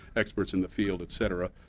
experts in the field, et cetera.